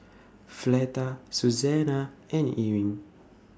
Fleta Susannah and Ewing